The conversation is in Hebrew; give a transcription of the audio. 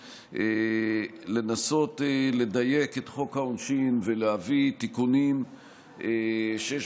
לנסות לדייק את חוק העונשין ולהביא תיקונים שיש